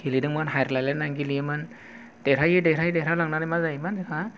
गेलेदोंमोन हायार लालायना गेलेयोमोन देरहायै देरहायै देरहा लांनानै मा जायोमोन जोंहा